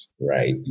Right